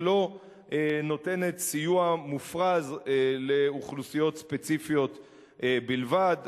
ולא נותנת סיוע מופרז לאוכלוסיות ספציפיות בלבד.